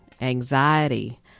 anxiety